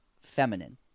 feminine